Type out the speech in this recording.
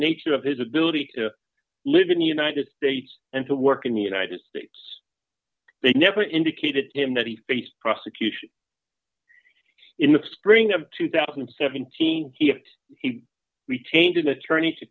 nature of his ability to live in the united states and to work in the united states they never indicated to him that he faced prosecution in the spring of two thousand and seventeen he retained an attorney to